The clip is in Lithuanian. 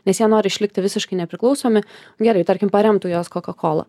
nes jie nori išlikti visiškai nepriklausomi gerai tarkim paremtų juos coca cola